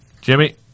Jimmy